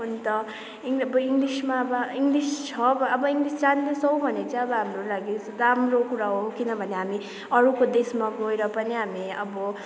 अन्त इङ अब इङ्लिसमा अब इङ्लिस छ भने अब जान्दछौ भने चाहिँ हाम्रो लागि राम्रो कुरा हो किनभने हामी अरूको देशमा गएर पनि हामी अब